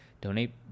donate